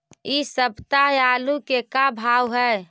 इ सप्ताह आलू के का भाव है?